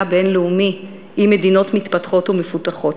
הבין-לאומי עם מדינות מתפתחות ומפותחות.